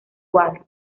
cuadros